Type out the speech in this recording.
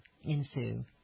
ensue